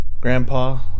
Grandpa